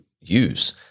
use